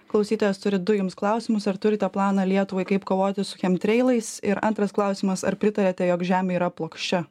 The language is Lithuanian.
klausytojas turi du jums klausimus ar turite planą lietuvai kaip kovoti su chemtreilais ir antras klausimas ar pritariate jog žemė yra plokščia